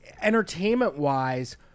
entertainment-wise